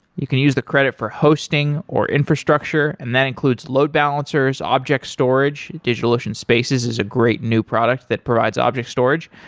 you can use the credit for hosting, or infrastructure, and that includes load balancers, object storage. digitalocean spaces is a great new product that provides object storage,